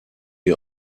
die